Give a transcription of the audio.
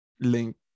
link